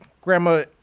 Grandma